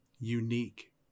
unique